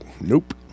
Nope